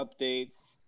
updates